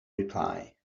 reply